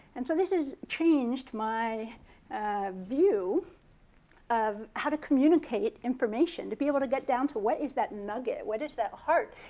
and so this has changed my view of how to communicate information. to be able to get down to what is that nugget? what is that heart?